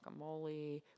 guacamole